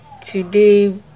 today